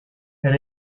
elle